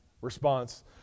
response